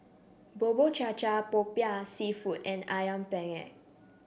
Bubur Cha Cha Popiah seafood and ayam Penyet